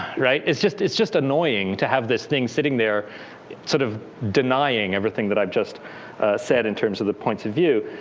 right? it's just it's just annoying to have this thing sitting there sort of denying everything that i've just said, in terms of the points of view.